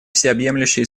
всеобъемлющее